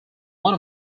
one